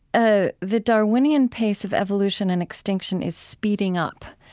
ah, that darwinian pace of evolution and extinction is speeding up.